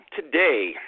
Today